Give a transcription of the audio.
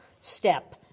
step